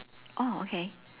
oh okay